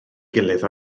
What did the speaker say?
gilydd